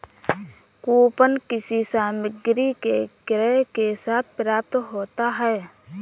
coupon किसी सामग्री के क्रय के साथ प्राप्त होता है